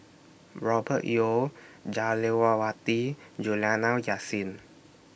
Robert Yeo Jah Lelawati Juliana Yasin